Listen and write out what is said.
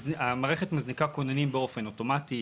המערכת מזניקה כוננים אוטומטית,